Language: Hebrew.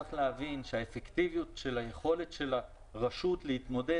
צריך להבין שהאפקטיביות של היכולת של הרשות להתמודד